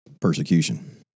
Persecution